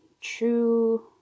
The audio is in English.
true